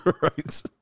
Right